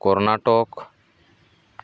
Karnataka